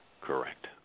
Correct